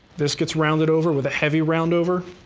this gets rounded over with a heavy round over.